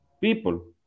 people